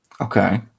Okay